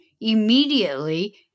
immediately